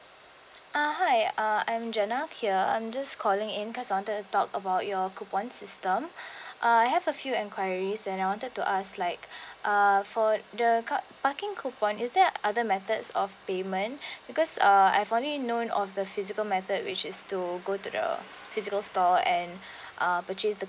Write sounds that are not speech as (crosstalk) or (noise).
uh hi I am jenna here I am just calling in cause I wanted to talk about your coupon system (breath) uh I have a few enquiries and I wanted to ask like (breath) uh for the parking coupon is there other methods of payment (breath) because uh I've only known of the physical method which is to go to the physical store and (breath) uh purchase the